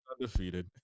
Undefeated